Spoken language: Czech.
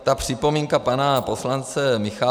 Ta připomínka pana poslance Michálka.